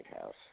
House